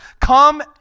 come